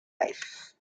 life